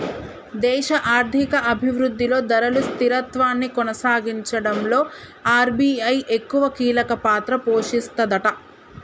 దేశ ఆర్థిక అభివృద్ధిలో ధరలు స్థిరత్వాన్ని కొనసాగించడంలో ఆర్.బి.ఐ ఎక్కువ కీలక పాత్ర పోషిస్తదట